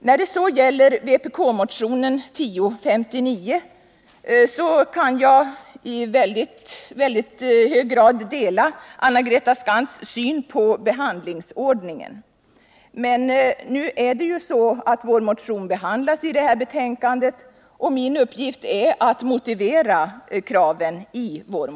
När det så gäller vpk-motionen 1059 kan jag i väldigt hög grad dela Anna-Greta Skantz syn på behandlingsordningen, men nu är det ju så att vår motion behandlas i socialutskottets betänkande, och min uppgift är att motivera kraven i motionen.